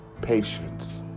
patience